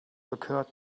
occurred